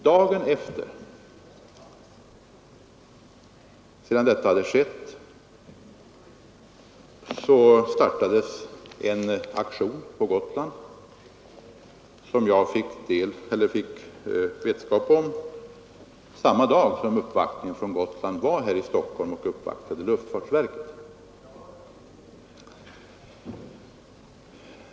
Dagen efter startades en aktion på Gotland som jag fick vetskap om samma dag uppvaktningen skedde hos luftfartsverket.